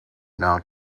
now